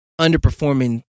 underperforming